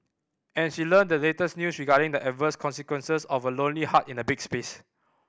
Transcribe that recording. and she learnt the latest news regarding the adverse consequences of a lonely heart in a big space